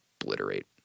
obliterate